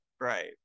right